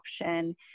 option